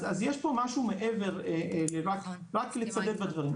אז יש כאן משהו מעבר לרק לצדד בדברים,